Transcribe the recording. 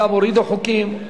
גם הורידו חוקים,